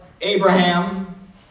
Abraham